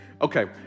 Okay